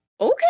Okay